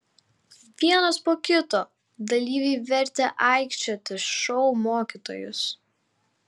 vienas po kito dalyviai vertė aikčioti šou mokytojus